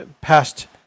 past